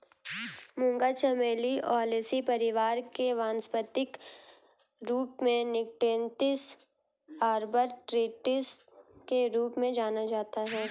मूंगा चमेली ओलेसी परिवार से वानस्पतिक रूप से निक्टेन्थिस आर्बर ट्रिस्टिस के रूप में जाना जाता है